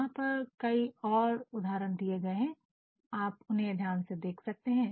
यहां पर कई और उदाहरण दिए गए हैं आप उन्हें ध्यान से देख सकते हैं